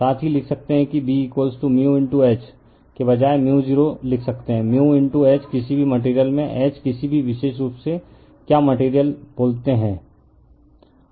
साथ ही लिख सकते हैं कि B H के बजाय μ0 लिख सकते हैं H किसी भी मटेरियल में H किसी भी विशेष रूप से क्या मटेरियल बोलते है